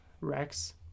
Rex